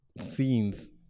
scenes